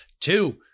two